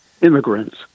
immigrants